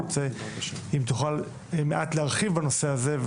אם תוכל מעט להרחיב בנושא הזה,